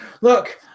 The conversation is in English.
look